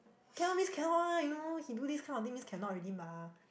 cannot means cannot lah you know he do this kind of thing means cannot already mah